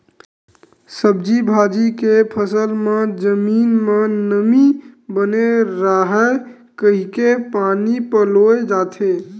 सब्जी भाजी के फसल म जमीन म नमी बने राहय कहिके पानी पलोए जाथे